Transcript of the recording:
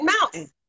mountain